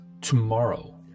tomorrow